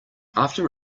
after